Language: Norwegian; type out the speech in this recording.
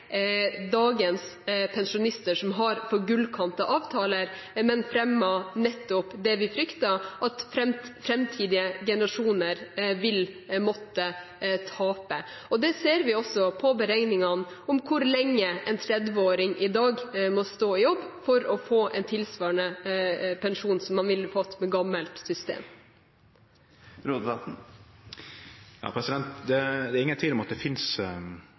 dagens pensjonister som har for gullkantede avtaler, men fremmet budskapet nettopp om det vi fryktet, at framtidige generasjoner vil måtte tape. Det ser vi også på beregningene av hvor lenge en 30-åring i dag må stå i jobb for å få en tilsvarende pensjon som man ville fått med gammelt system. Det er ingen tvil om at det